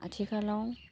आथिखालाव